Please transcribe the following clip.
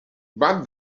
but